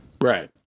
Right